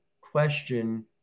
question